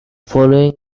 following